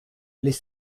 les